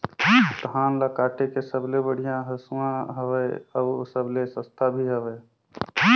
धान ल काटे के सबले बढ़िया हंसुवा हवये? अउ सबले सस्ता भी हवे?